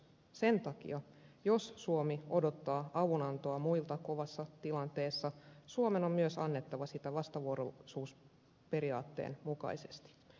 sen takia jos suomi odottaa avunantoa muilta kovassa tilanteessa suomen on myös annettava sitä vastavuoroisuusperiaatteen mukaisesti